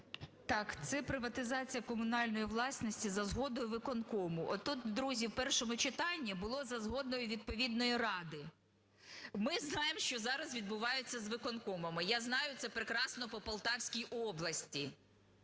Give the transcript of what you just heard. Так, це приватизація комунальної власності за згодою виконкому. Отут, друзі, в першому читанні було за згодою відповідної ради. Ми знаємо, що зараз відбувається з виконкомами, я знаю це прекрасно по Полтавській області,